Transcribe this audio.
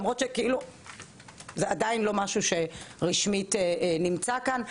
למרות שעדיין זה לא משהו שרשמית נמצא כאן.